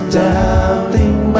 doubting